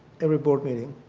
every board meeting.